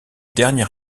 dernier